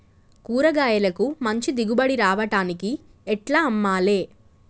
కూరగాయలకు మంచి దిగుబడి రావడానికి ఎట్ల అమ్మాలే?